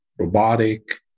robotic